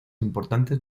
importantes